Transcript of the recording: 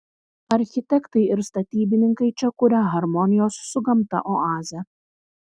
architektai ir statybininkai čia kuria harmonijos su gamta oazę